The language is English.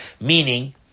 Meaning